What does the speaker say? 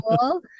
cool